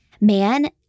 man